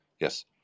Yes